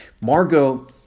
Margot